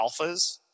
alphas